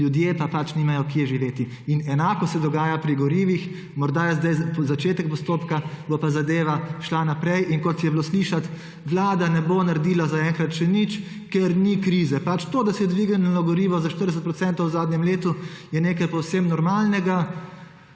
ljudje pa nimajo kje živeti. Enako se dogaja pri gorivih. Morda je zdaj začetek postopka, bo pa zadeva šla naprej. Kot je bilo slišati, Vlada ne bo naredila zaenkrat še nič, ker ni krize. To, da se je dvignilo gorivo za 40 % v zadnjem letu, je nekaj povsem normalnega.